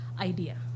idea